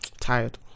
Tired